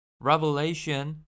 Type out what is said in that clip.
Revelation